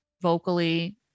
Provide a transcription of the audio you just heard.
vocally